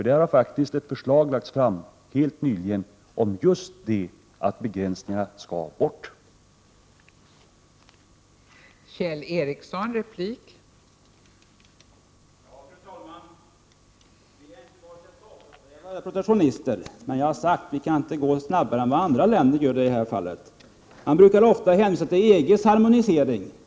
Där har ett förslag helt nyligen lagts fram om att begränsningarna skall just tas bort.